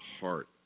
heart